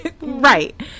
right